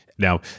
Now